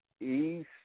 east